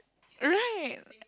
right